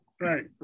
right